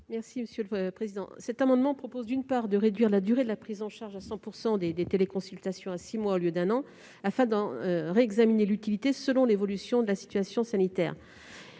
Mme la rapporteure. Cet amendement vise, d'une part, à réduire la durée de la prise en charge à 100 % des téléconsultations à six mois au lieu d'un an, afin d'en réexaminer l'utilité selon l'évolution de la situation sanitaire,